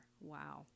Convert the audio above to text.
Wow